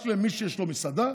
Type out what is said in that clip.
רק מי שיש לו מסעדה?